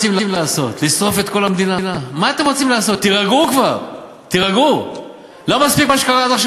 מי שרצח אותו אשם, אני לא מאשים, מי שרצח אותו,